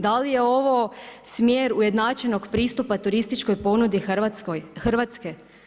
Da li je ovo smjer ujednačenog pristupa turističkoj ponudi Hrvatske?